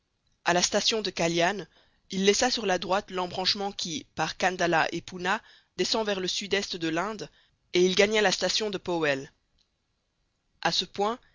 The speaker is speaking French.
a la station de callyan il laissa sur la droite l'embranchement qui par kandallah et pounah descend vers le sud-est de l'inde et il gagna la station de pauwell a ce point